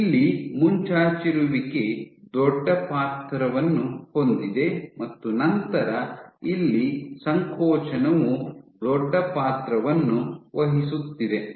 ಇಲ್ಲಿ ಮುಂಚಾಚಿರುವಿಕೆ ದೊಡ್ಡ ಪಾತ್ರವನ್ನು ಹೊಂದಿದೆ ಮತ್ತು ನಂತರ ಇಲ್ಲಿ ಸಂಕೋಚನವು ದೊಡ್ಡ ಪಾತ್ರವನ್ನು ವಹಿಸುತ್ತಿದೆ